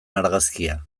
argazkia